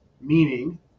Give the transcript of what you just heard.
meaning